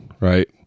right